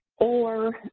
or